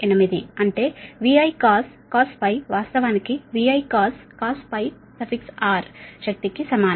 8 అంటే VIcos∅ వాస్తవానికి VIcos శక్తికి సమానం